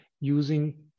using